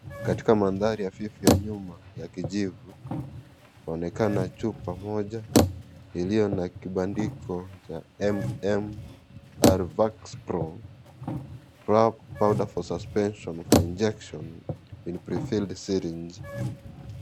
Katika mandhari hafifu ya nyuma ya kijivu kunaonekana chupa moja iliyo na kibandiko cha MR vax Pro powder for suspension and injection in prefilled syringes .